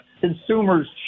Consumers